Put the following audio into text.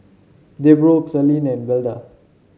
Debroah Celine and Velda